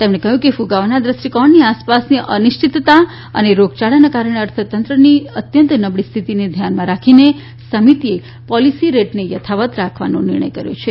તેમણે કહ્યું કે ક્રગાવાના દૃષ્ટિકોણની આસપાસની અનિશ્ચિતતા અને રોગયાળાના કારણે અર્થતંત્રની અત્યંત નબળી સ્થિતિને ધ્યાનમાં રાખીને સમિતિએ પોલિસી રેટને યથાવત્ રાખવાનો નિર્ણય લીધો છે